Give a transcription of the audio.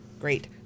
great